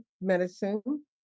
medicine